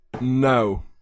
No